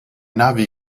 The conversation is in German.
navi